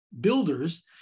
builders